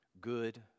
good